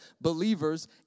believers